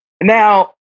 now